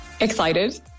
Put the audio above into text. Excited